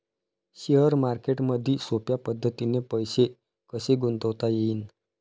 Share मार्केटमधी सोप्या पद्धतीने पैसे कसे गुंतवता येईन?